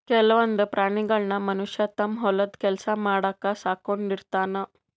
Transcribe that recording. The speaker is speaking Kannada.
ಕೆಲವೊಂದ್ ಪ್ರಾಣಿಗಳನ್ನ್ ಮನಷ್ಯ ತಮ್ಮ್ ಹೊಲದ್ ಕೆಲ್ಸ ಮಾಡಕ್ಕ್ ಸಾಕೊಂಡಿರ್ತಾನ್